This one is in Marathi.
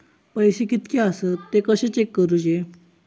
पैसे कीतके आसत ते कशे चेक करूचे?